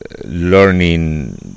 learning